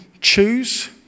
choose